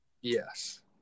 yes